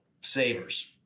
savers